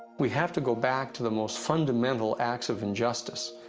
we have to go back to the most fundamental acts of injustice,